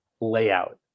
layout